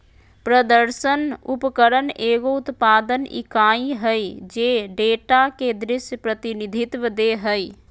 प्रदर्शन उपकरण एगो उत्पादन इकाई हइ जे डेटा के दृश्य प्रतिनिधित्व दे हइ